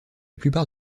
plupart